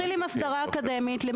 משרד הכלכלה, אסף סגל, בבקשה.